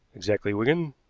exactly, wigan,